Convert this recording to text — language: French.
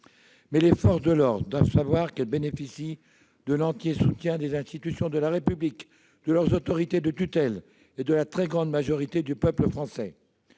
Les forces de l'ordre doivent savoir qu'elles bénéficient de l'entier soutien des institutions de la République, de leurs autorités de tutelle et de la très grande majorité du peuple français.